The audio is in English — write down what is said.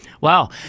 Wow